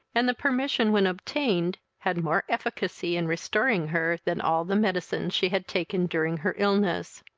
and the permission, when obtained, had more efficacy in restoring her, than all the medicines she had taken during her illness.